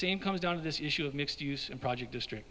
same comes down to this issue of mixed use in project district